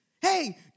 Hey